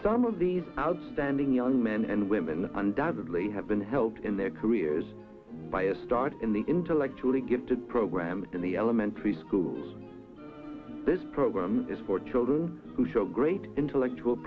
outstanding young men and women undoubtedly have been helped in their careers by a start in the intellectually gifted program in the elementary schools this program is for children who show great intellectual